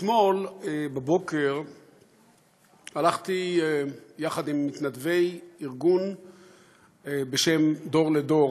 אתמול בבוקר הלכתי יחד עם מתנדבי ארגון בשם "דור לדור"